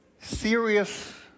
serious